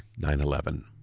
9-11